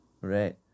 right